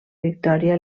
victòria